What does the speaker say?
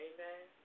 Amen